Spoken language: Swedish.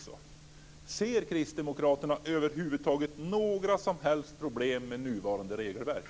Ser kristdemokraterna över huvud taget några som helst problem med nuvarande regelverk?